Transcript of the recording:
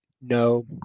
no